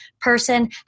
person